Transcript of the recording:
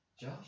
Josh